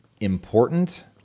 important